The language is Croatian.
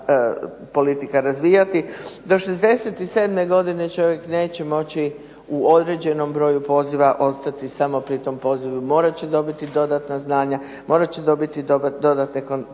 politika razvijati. Do 67 godine čovjek neće moći u određenom broju poziva ostati samo pri tom pozivu, morat će dobiti dodatna znanja, morat će dobiti dodatne kompetencije.